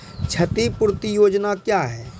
क्षतिपूरती योजना क्या हैं?